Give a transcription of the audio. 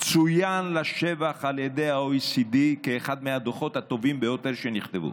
צוין לשבח על ידי ה-OECD כאחד מהדוחות הטובים ביותר שנכתבו.